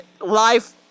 life